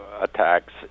attacks